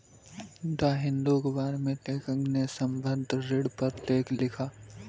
the Hindu अखबार में लेखक ने संबंद्ध ऋण पर लेख लिखा